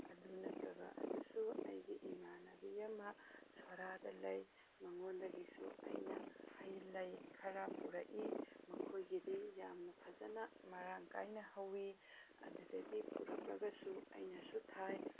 ꯑꯗꯨ ꯅꯠꯇꯕ ꯑꯗꯨꯁꯨ ꯑꯩꯒꯤ ꯏꯃꯥꯟꯅꯕꯤ ꯑꯃ ꯁꯣꯔꯥꯗ ꯂꯩ ꯃꯥꯉꯣꯟꯗꯒꯤꯁꯨ ꯑꯩꯅ ꯍꯩ ꯂꯩ ꯈꯔ ꯄꯨꯔꯛꯏ ꯃꯈꯣꯏꯒꯤꯗꯤ ꯌꯥꯝꯅ ꯐꯖꯅ ꯃꯔꯥꯡ ꯀꯥꯏꯅ ꯍꯧꯏ ꯑꯗꯨꯗꯒꯤ ꯄꯨꯔꯛꯂꯒꯁꯨ ꯑꯩꯅꯁꯨ ꯊꯥꯏ